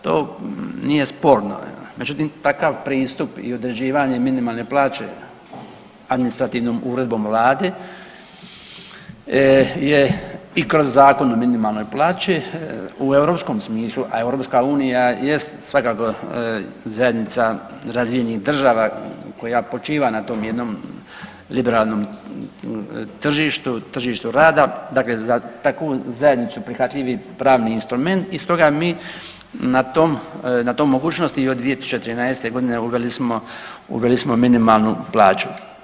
To nije sporno, međutim takav pristup i određivanje minimalne plaće administrativnom uredbom vlade je i kroz Zakon o minimalnoj plaći u europskom smislu, a EU jest svakako zajednica razvijenih država koja počiva na tom jednom liberalnom tržištu, tržištu rada, dakle za takvu zajednicu prihvatljiv je pravni instrument i stoga mi na tom, na toj mogućnosti od 2013.g. uveli smo, uveli smo minimalnu plaću.